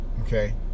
Okay